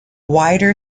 wider